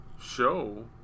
show